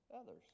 others